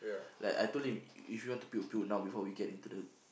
like I told him if you want to puke puke now before we get into the